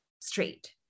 straight